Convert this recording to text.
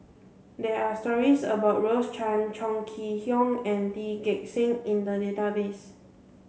there are stories about Rose Chan Chong Kee Hiong and Lee Gek Seng in the database